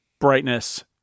brightness